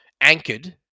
anchored